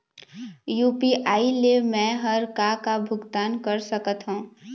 UPI ले मे हर का का भुगतान कर सकत हो?